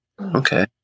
okay